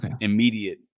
immediate